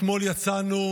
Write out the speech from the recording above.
אתמול יצאנו,